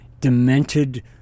demented